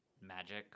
magic